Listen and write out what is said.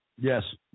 Yes